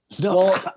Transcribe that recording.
No